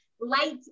Light